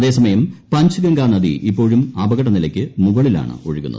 അതേസമയം പഞ്ച്ഗംഗ നദി ഇപ്പോഴും അപകടനിലയ്ക്ക് മുകളിലാണ് ഒഴുകുന്നത്